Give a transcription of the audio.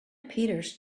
peters